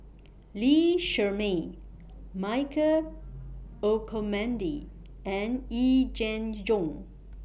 Lee Shermay Michael Olcomendy and Yee Jenn Jong